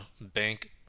bank